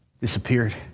disappeared